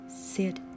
sit